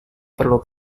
perlu